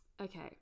okay